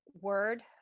word